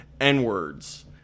N-words